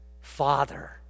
Father